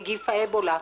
מסיימים לגבש את ההמלצות